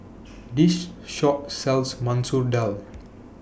This Shop sells Masoor Dal